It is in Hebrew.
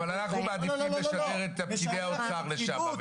אבל אנחנו מעדיפים לשגר את פקידי האוצר לשם.